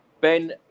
Ben